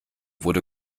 wurde